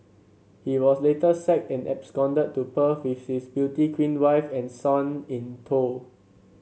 he was later sacked and absconded to Perth with his beauty queen wife and son in tow